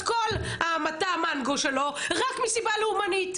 כל המטע מנגו שלו רק מסיבה לאומנית,